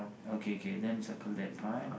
okay okay then circle that part